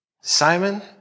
Simon